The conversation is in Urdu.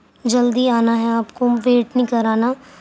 جلدی آنا ہے آپ کو ویٹ نہیں کرانا